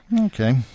Okay